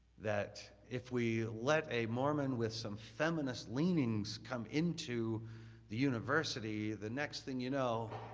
that if we let a mormon with some feminist leanings come into the university, the next thing you know,